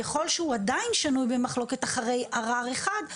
ככל שהוא עדיין שנוי במחלוקת אחרי ערער אחד,